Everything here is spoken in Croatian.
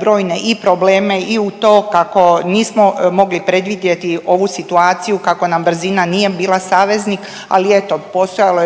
brojne i probleme i u to kako nismo mogli predvidjeti ovu situaciju kako nam brzina nije bila saveznik, ali eto postojalo je